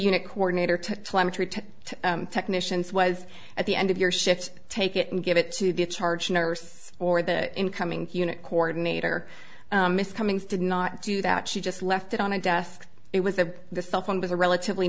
unit coordinator to technicians was at the end of your shift take it and give it to give charge nurse or the incoming unit coordinator miss cummings did not do that she just left it on a desk it was that the cell phone was a relatively